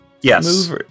Yes